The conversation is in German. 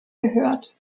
gehört